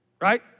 Right